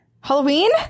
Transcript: Halloween